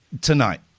tonight